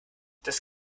das